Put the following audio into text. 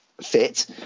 fit